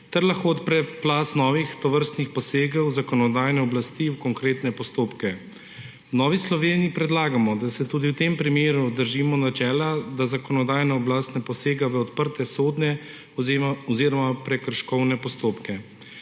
ter lahko odpre plaz novih tovrstnih posegov zakonodajne oblasti v konkretne postopke. V Novi Sloveniji predlagamo, da se tudi v tem primeru držimo načela, da zakonodajna oblast ne posega v odprte sodne oziroma prekrškovne postopke.